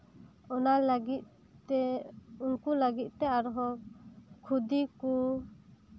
ᱚᱱᱟ ᱞᱟᱹᱜᱤᱫ ᱛᱮ ᱩᱱᱠᱩ ᱞᱟᱹᱜᱤᱫ ᱛᱮ ᱟᱨᱦᱚᱸ ᱠᱷᱚᱫᱮ ᱠᱚ